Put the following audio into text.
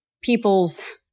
People's